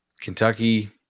Kentucky